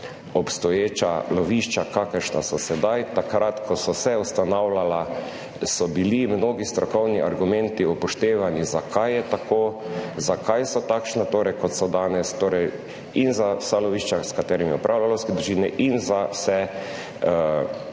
obstoječa lovišča kakršna so sedaj. Takrat, ko so se ustanavljala, so bili mnogi strokovni argumenti upoštevani, zakaj je tako, zakaj so takšna, torej kot so danes, torej in za vsa lovišča s katerimi upravljajo lovske družine in za vsa